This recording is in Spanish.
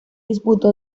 disputó